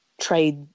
trade